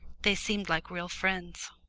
they seemed like real friends.